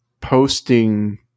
posting